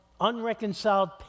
unreconciled